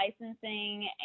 licensing